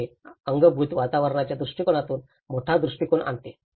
तर हे अंगभूत वातावरणाच्या दृष्टीकोनातून मोठा दृष्टीकोन आणते